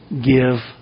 give